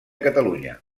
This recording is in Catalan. catalunya